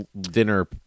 dinner